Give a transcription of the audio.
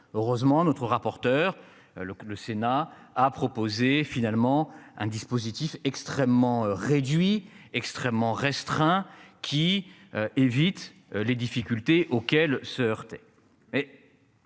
Heureusement notre rapporteur le, le Sénat a proposé finalement un dispositif extrêmement réduit extrêmement restreint qui évite les difficultés auxquelles se heurtent